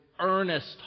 earnest